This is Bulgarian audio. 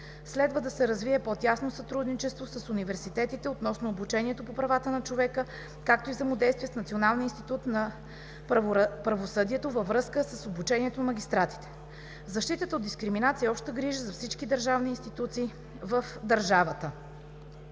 Следва да се развие по тясно сътрудничество с университетите относно обучението по права на човека, както и взаимодействие с Националния институт на правосъдието във връзка с обучението на магистратите. Защитата от дискриминация е обща грижа на всички институции в държавата.